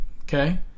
Okay